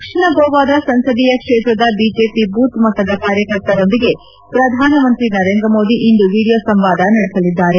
ದಕ್ಷಿಣ ಗೋವಾದ ಸಂಸದೀಯ ಕ್ಷೇತ್ರದ ಬಿಜೆಪಿ ಬೂತ್ ಮಟ್ಟದ ಕಾರ್ಯಕರ್ತರೊಂದಿಗೆ ಪ್ರಧಾನಮಂತ್ರಿ ನರೇಂದ್ರ ಮೋದಿ ಇಂದು ವಿಡಿಯೋ ಸಂವಾದ ನಡೆಸಲಿದ್ದಾರೆ